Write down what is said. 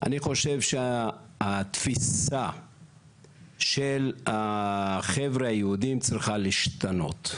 אני חושב שהתפיסה של החבר'ה היהודים צריכה להשתנות.